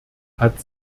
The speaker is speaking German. hat